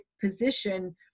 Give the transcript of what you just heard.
position